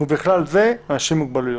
ובכלל זה אנשים עם מוגבלויות".